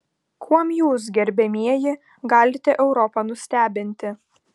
kuom jūs gerbiamieji galite europą nustebinti